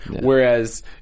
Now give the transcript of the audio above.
whereas